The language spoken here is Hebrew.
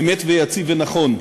אמת ויציב ונכון.